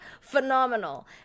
phenomenal